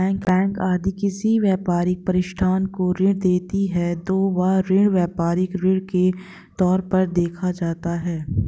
bank यदि किसी व्यापारिक प्रतिष्ठान को ऋण देती है तो वह ऋण व्यापारिक ऋण के तौर पर देखा जाता है